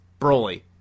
broly